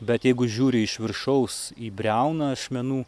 bet jeigu žiūri iš viršaus į briauną ašmenų